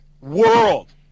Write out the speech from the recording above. World